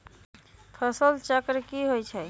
फसल चक्र की होइ छई?